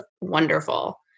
wonderful